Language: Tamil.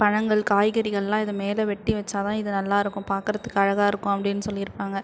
பழங்கள் காய்கறிகளெலாம் இது மேலே வெட்டி வைச்சா தான் இது நல்லாயிருக்கும் பார்க்கறத்துக்கு அழகாக இருக்கும் அப்படின்னு சொல்லியிருப்பாங்க